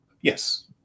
Yes